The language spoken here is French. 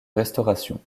restauration